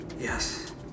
Yes